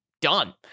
done